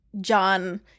John